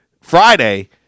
Friday